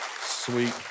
sweet